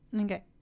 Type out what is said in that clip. Okay